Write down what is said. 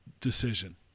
decision